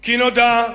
כי נודע,